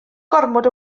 gormod